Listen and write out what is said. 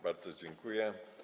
Bardzo dziękuję.